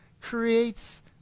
creates